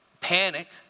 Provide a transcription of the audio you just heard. panic